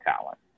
talent